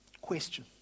Question